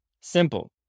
Simple